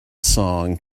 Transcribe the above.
song